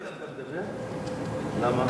למה?